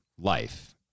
life